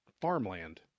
farmland